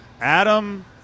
Adam